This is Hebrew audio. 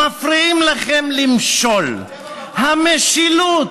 מפריעים לכם למשול, המשילות,